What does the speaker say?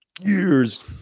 years